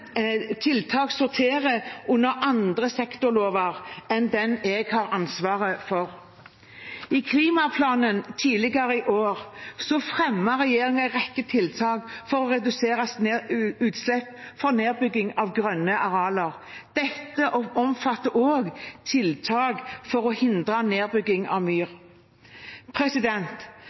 tiltak sorterer under andre sektorlover enn dem jeg har ansvaret for. I klimaplanen tidligere i år fremmet regjeringen en rekke tiltak for å redusere utslipp fra nedbygging av grønne arealer. Dette omfatter også tiltak for å hindre nedbygging av